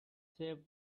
save